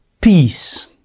peace